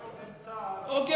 בסדר,